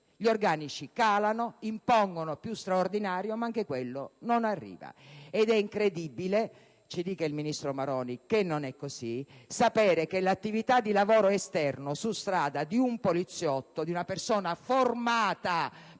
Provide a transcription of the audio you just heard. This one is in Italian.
Gli organici calano, si impone più straordinario, ma anche quello non arriva. È incredibile - ci dica il ministro Maroni che non è così - sapere che il lavoro esterno, su strada, di un poliziotto, di una persona formata per